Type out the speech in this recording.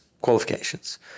qualifications